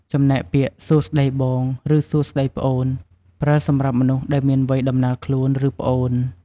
ចំណែកពាក្យ សួស្តីបង ឬសួស្តីប្អូន ប្រើសម្រាប់មនុស្សដែលមានវ័យដំណាលខ្លួន ឬប្អូន។